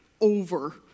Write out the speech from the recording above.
over